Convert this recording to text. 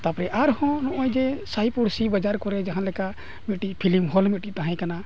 ᱛᱟᱨᱯᱚᱨ ᱟᱨ ᱦᱚᱸ ᱱᱚᱜᱼᱚᱸᱭ ᱡᱮ ᱥᱟᱭ ᱯᱩᱲᱥᱤ ᱵᱟᱡᱟᱨ ᱠᱚᱨᱮᱜ ᱡᱟᱦᱟᱸ ᱞᱮᱠᱟ ᱢᱤᱫᱴᱤᱡ ᱯᱷᱤᱞᱤᱢ ᱦᱚᱞ ᱢᱤᱫᱴᱤᱡ ᱛᱟᱦᱮᱸ ᱠᱟᱱᱟ